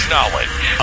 Knowledge